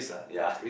ya